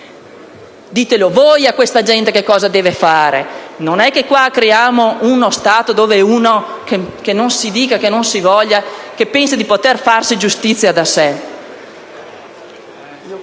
Ditelo voi a questa gente che cosa deve fare. Non dobbiamo creare uno Stato dove uno - che non si dica e non si voglia! - pensa di potersi fare giustizia da sé.